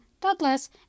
Douglas